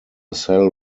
cell